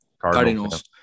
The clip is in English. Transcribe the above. Cardinals